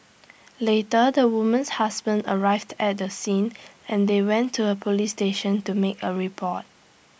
later the woman's husband arrived at the scene and they went to A Police station to make A report